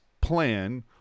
plan